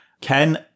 Ken